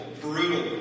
brutal